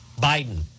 Biden